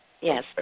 Yes